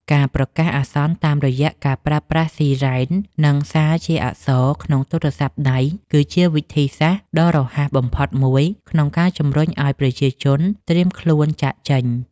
ការប្រកាសអាសន្នតាមរយៈការប្រើប្រាស់ស៊ីរ៉ែន និងសារជាអក្សរក្នុងទូរស័ព្ទដៃគឺជាវិធីសាស្ត្រដ៏រហ័សបំផុតមួយក្នុងការជម្រុញឱ្យប្រជាជនត្រៀមខ្លួនចាកចេញ។